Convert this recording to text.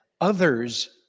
others